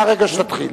מהרגע שתתחיל.